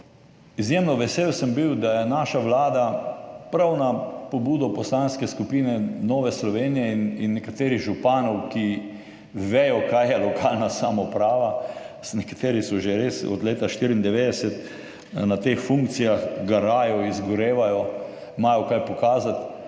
Izjemno sem bil vesel, da je naša vlada prav na pobudo Poslanske skupine Nova Slovenija in nekaterih županov, ki vedo, kaj je lokalna samouprava, nekateri so že res od leta 1994 na teh funkcijah, garajo, izgorevajo, imajo kaj pokazati